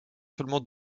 seulement